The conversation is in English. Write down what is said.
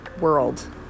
world